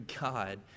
God